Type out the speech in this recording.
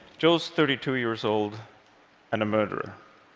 joe's thirty two years old and a murderer.